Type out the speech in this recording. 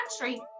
country